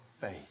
faith